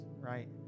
right